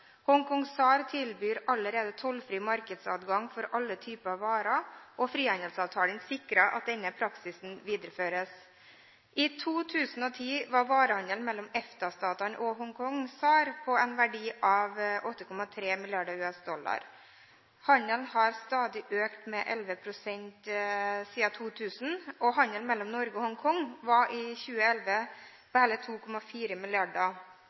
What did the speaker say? SAR tilbyr allerede tollfri markedsadgang for alle typer varer, og frihandelsavtalen sikrer at denne praksisen videreføres. I 2010 var varehandelen mellom EFTA-statene og Hongkong SAR på en verdi av 8,3 mrd. USD. Handelen har stadig økt – med 11 pst. årlig siden 2000. Handelen mellom Norge og Hongkong var i 2011 på hele 2,4